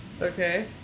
okay